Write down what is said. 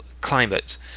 climate